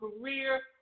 career